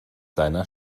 deiner